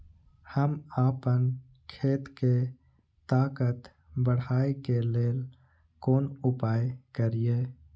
हम आपन खेत के ताकत बढ़ाय के लेल कोन उपाय करिए?